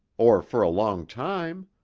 or for a long time.